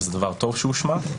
וזה דבר טוב שהוא הושמט.